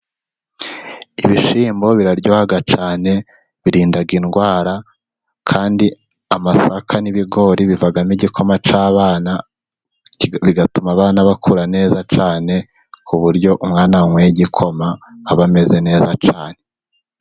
Ibishyimbo biraryoha cyane birinda indwara, kandi amasaka n'ibigori bivamo igikoma cy'abana bigatuma abana bakura neza cyane, ku buryo umwana wanyweye igikoma aba ameze neza cyane.